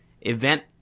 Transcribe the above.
event